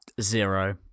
Zero